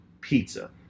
Pizza